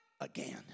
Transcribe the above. again